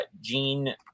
Gene